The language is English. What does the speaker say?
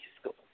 school